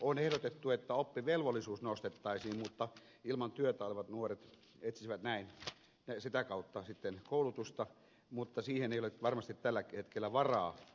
on ehdotettu että oppivelvollisuutta nostettaisiin ja ilman työtä olevat nuoret etsisivät näin sitä kautta sitten koulutusta mutta siihen ei ole varmasti tällä hetkellä varaa